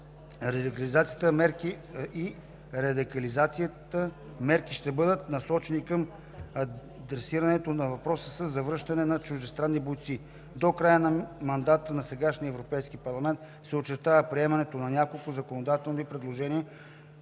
радикализацията мерките ще бъдат насочени към адресирането на въпроса със завръщащите се чуждестранни бойци. До края на мандата на сегашния Европейски парламент се очаква приемането на няколко законодателни предложения,